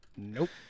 Nope